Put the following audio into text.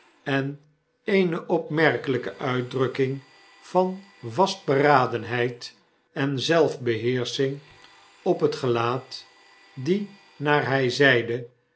en eene opmerkelpe uitdrukking van vastberadenheid en zelfbeheersching op het gelaat die naar hy zeide